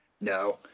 No